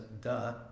duh